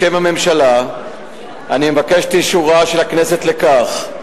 בשם הממשלה אני מבקש את אישורה של הכנסת לכך.